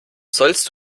sollst